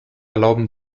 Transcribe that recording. erlauben